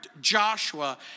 Joshua